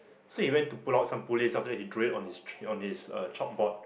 so he went to pull out some pulleys after that he drew it on his on his uh chalkboard